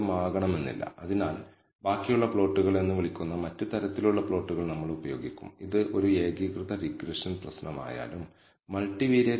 β0 ഉം β1 ഉം അജ്ഞാതമായ മൂല്യങ്ങളാണെന്ന കാര്യം ശ്രദ്ധിക്കുക β̂1 ന്റെ എക്സ്പെക്റ്റഡ് വാല്യൂ യഥാർത്ഥ മൂല്യവും β̂₀ ന്റെ എക്സ്പെക്റ്റഡ് വാല്യൂ യഥാർത്ഥ മൂല്യവും ആയിരിക്കുമെന്ന് മാത്രമേ നമുക്ക് പറയാൻ കഴിയൂ